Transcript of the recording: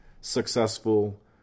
successful